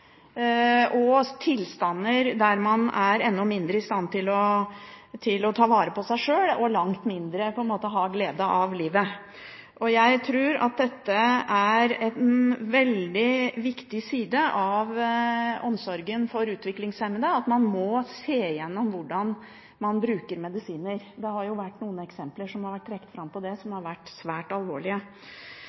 og tilstander der man er enda mindre i stand til å ta vare på seg sjøl, og langt mindre ha glede av livet. Jeg tror at dette er en veldig viktig side av omsorgen for utviklingshemmede, at man må se på hvordan man bruker medisiner. Det har vært noen eksempler som har vært trukket fram når det gjelder det, som har vært svært alvorlige.